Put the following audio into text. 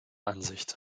ansicht